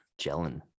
gelling